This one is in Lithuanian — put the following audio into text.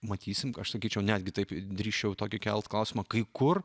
matysim aš sakyčiau netgi taip drįsčiau tokį kelt klausimą kai kur